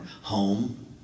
home